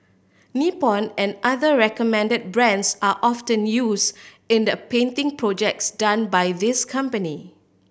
Nippon and other recommended brands are often use in the painting projects done by this company